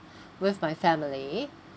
with my family